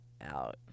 out